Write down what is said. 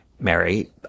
Mary